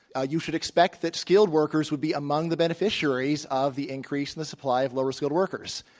ah you should expect that skilled workers would be among the beneficiaries of the increase in the supply of lower skilled workers.